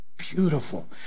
Beautiful